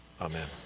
Amen